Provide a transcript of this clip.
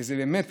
וזה באמת